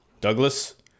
Douglas